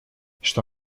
что